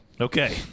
Okay